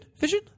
Vision